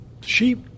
sheep